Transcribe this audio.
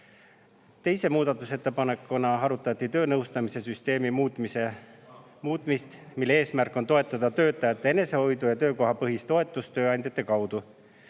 Teise muudatusettepanekuna arutati töönõustamise süsteemi muutmist, mille eesmärk on toetada töötajate enesehoidu ja [nende] töökohapõhist toetamist tööandjate kaudu.